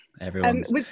Everyone's